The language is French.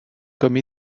comme